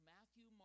Matthew